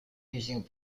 using